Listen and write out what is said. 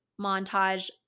montage